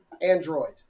Android